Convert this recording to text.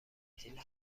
تعطیل